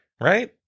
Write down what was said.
Right